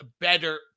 better